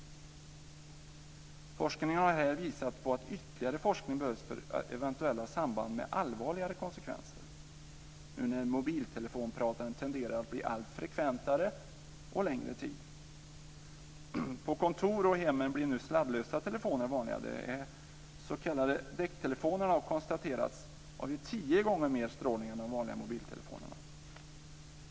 I det här avseendet har forskningen visat på att ytterligare forskning behövs för att man ska kunna ta reda på eventuella samband med allvarligare konsekvenser nu när mobiltelefonpratandet tenderar att bli alltmer frekvent och pågå under längre tid. På kontor och i hemmen blir nu sladdlösa telefoner vanliga. Det har konstaterats att s.k. DECT telefoner avger tio gånger mer strålning än de vanliga mobiltelefonerna.